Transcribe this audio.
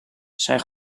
zij